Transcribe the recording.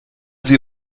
sie